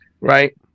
right